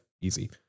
easy